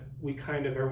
we kind of,